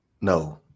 No